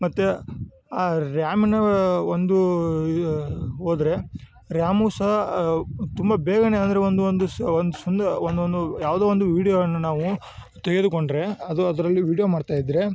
ಮತ್ತು ಆ ರ್ಯಾಮ್ನ ಒಂದು ಹೋದರೆ ರ್ಯಾಮು ಸಹ ತುಂಬ ಬೇಗ ಅಂದ್ರೆ ಒಂದು ಒಂದು ಒಂದೊಂದು ಯಾವುದೋ ಒಂದು ವಿಡಿಯೋವನ್ನು ನಾವು ತೆಗೆದುಕೊಂಡರೆ ಅದು ಅದರಲ್ಲಿ ವಿಡಿಯೋ ಮಾಡ್ತಾಯಿದ್ರೆ